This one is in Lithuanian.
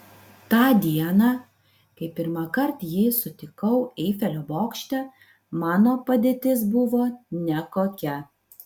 tą dieną kai pirmąkart jį sutikau eifelio bokšte mano padėtis buvo nekokia